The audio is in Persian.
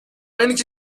اینکه